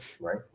right